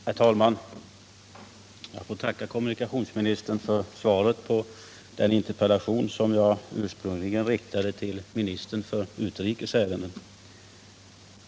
Herr talman! Jag får tacka kommunikationsministern för svaret på den interpellation som jag ursprungligen riktade till utrikesministern.